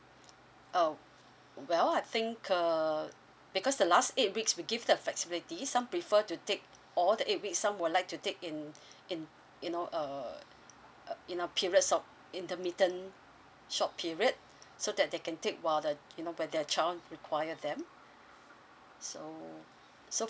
uh well I think uh because the last eight weeks we give the flexibility some prefer to take all the eight weeks some would like to take in in you know uh uh you know periods of intermittent short period so that they can take while they you know while their child require them so so